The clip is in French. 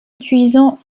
utilisant